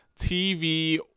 TV